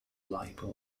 libel